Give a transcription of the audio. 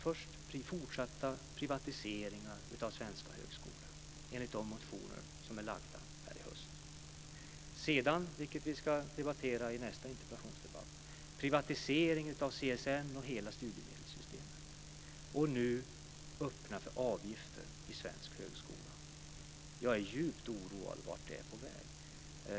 Först vill ni ha fortsatta privatiseringar av svenska högskolor enligt de motioner som är framlagda här i höst, och sedan vill ni ha en privatisering av CSN och hela studiemedelssystemet, som vi ska debattera i nästa interpellationsdebatt. Nu öppnar ni också för avgifter i svensk högskola. Jag är djupt oroad för vart ni är på väg.